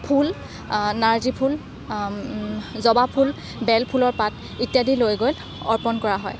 ফুল নাৰ্জিফুল জবা ফুল বেল ফুলৰ পাত ইত্যাদি লৈ গৈ অৰ্পণ কৰা হয়